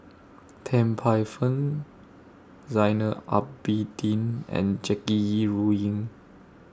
Tan Paey Fern Zainal Abidin and Jackie Yi Ru Ying